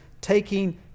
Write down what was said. taking